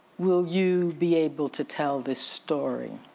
will you be able to tell this story?